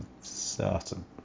certain